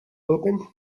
open